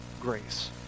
grace